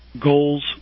goals